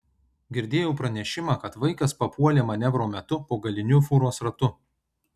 girdėjau pranešimą kad vaikas papuolė manevro metu po galiniu fūros ratu